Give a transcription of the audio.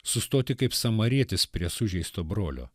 sustoti kaip samarietis prie sužeisto brolio